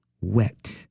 wet